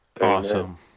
Awesome